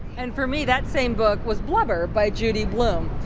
and for me, that same book was blubber by judy bloom.